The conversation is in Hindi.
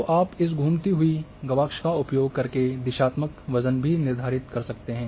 तो आप इस घूमती हुई गवाक्ष का उपयोग करके दिशात्मक वजन भी निर्धारित कर सकते हैं